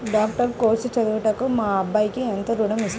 Doctor course చదువుటకు మా అబ్బాయికి ఎంత ఋణం ఇస్తారు?